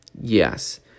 yes